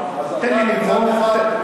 אז אתה מצד אחד,